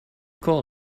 call